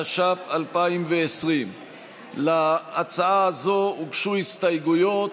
התש"ף 2020. להצעה הזו הוגשו הסתייגויות.